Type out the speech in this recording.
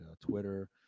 Twitter